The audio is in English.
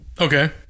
Okay